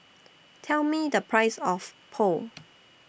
Tell Me The Price of Pho